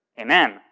Amen